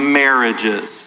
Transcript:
marriages